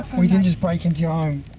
we didn't just break into your um